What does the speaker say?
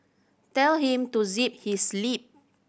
tell him to zip his lip